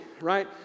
right